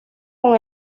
con